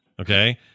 okay